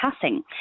passing